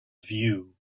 view